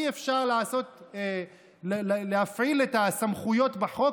אי-אפשר להפעיל את הסמכויות בחוק,